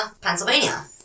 Pennsylvania